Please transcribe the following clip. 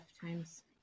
times